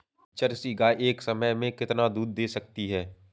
Jersey गाय एक समय में कितना दूध दे सकती है?